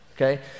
okay